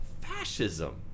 fascism